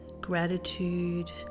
gratitude